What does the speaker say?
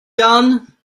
done